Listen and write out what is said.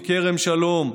מכרם שלום,